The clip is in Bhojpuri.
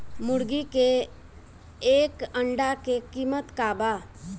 मुर्गी के एक अंडा के कीमत का बा?